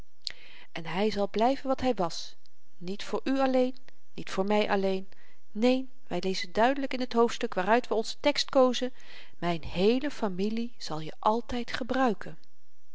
en hy zal blyven wat hy was niet voor u alleen niet voor my alleen neen wy lezen duidelyk in het hoofdstuk waaruit we onzen tekst kozen mijn heele familie zal je altyd gebruiken